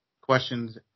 questions